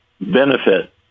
benefit